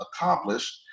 accomplished